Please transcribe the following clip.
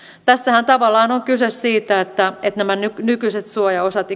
tässähän tavallaan on kyse siitä että nämä nykyiset suojaosat